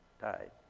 died